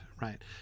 right